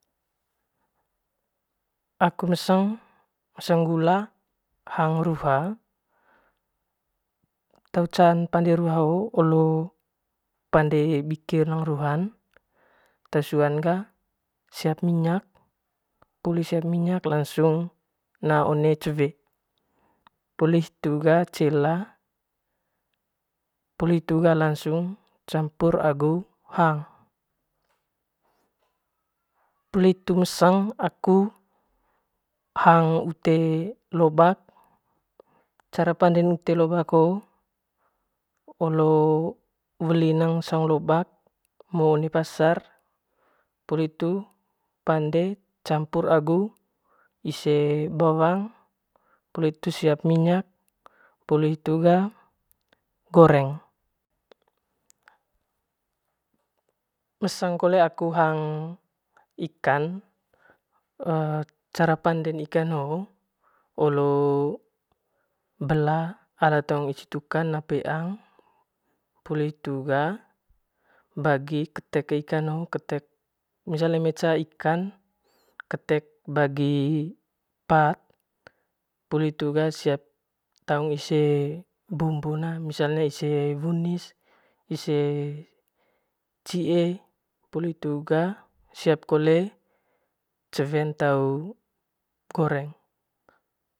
Aku meseng meseng gula aku hang ruha te can pande ruha hoo olong pande bike neng ruhan te suan ga pande bike minyakn poli siap minyak lansung naa one cewe poli hitu ga cela poli hitu ga campur agu hang poli hitu meseng aku hang ute lobak cara panden ute lobak hoo olong weli neng saung lobak ngo one pasar poli hitu campur agu ise bawang poli hitu ga siap minyak poli hitu ga goreng meseng kole aku hang ikan cara panden ikan ho olo mbela ala taung ici tukan naa peang bagi ikan hoo ketek bagi ikan hoo missal eme ca ikan ketek bagi pat poli hitu ga siap taung ise bumbun ne ise wunis ise cie poli hitu ga siap kole cewe goreng.